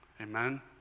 Amen